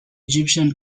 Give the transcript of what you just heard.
egyptian